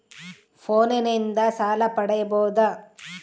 ಫೋನಿನಿಂದ ಸಾಲ ಪಡೇಬೋದ?